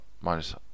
minus